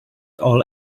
all